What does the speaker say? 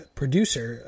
producer